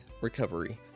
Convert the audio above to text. recovery